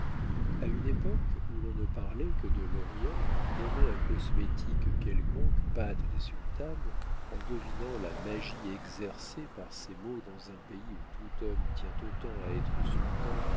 a une époque où l'on ne parlait que de l'orient nommer un cosmétique quelconque pâte des sultanes en devinant la magie exercée par ces mots dans un pays où tout homme tient autant à être